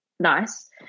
nice